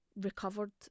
recovered